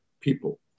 people